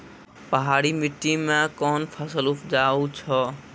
पहाड़ी मिट्टी मैं कौन फसल उपजाऊ छ?